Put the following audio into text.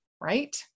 right